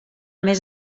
més